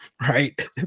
right